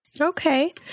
Okay